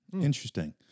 Interesting